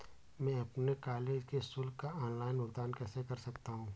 मैं अपने कॉलेज की शुल्क का ऑनलाइन भुगतान कैसे कर सकता हूँ?